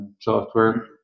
software